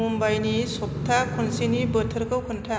मुम्बाइनि सप्ता खुनसेनि बोथोरखौ खोन्था